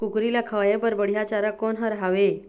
कुकरी ला खवाए बर बढीया चारा कोन हर हावे?